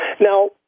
now